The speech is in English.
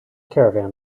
caravan